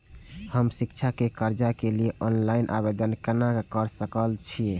हम शिक्षा के कर्जा के लिय ऑनलाइन आवेदन केना कर सकल छियै?